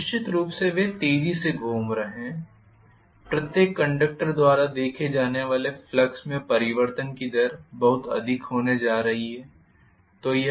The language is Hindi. तो निश्चित रूप से में वे तेजी से घूम रहे हैं प्रत्येक कंडक्टर द्वारा देखे जाने वाले फ्लक्स में परिवर्तन की दर बहुत अधिक होने जा रही है